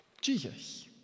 Jesus